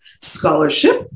scholarship